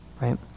Right